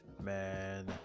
man